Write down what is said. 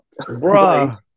Bruh